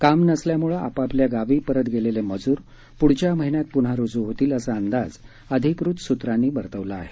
काम नसल्यामुळे आपापल्या गावी परत गेलेले मजूर प्ढच्या महिन्यात पुन्हा रुजू होतील असा अंदाज अधिकृत सूत्रांनी वर्तवला आहे